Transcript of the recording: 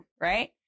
Right